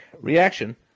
reaction